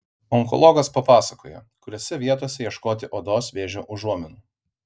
onkologas papasakojo kuriose vietose ieškoti odos vėžio užuominų